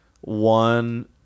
one